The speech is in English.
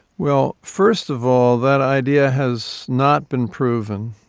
well, first of all, that idea has not been proven.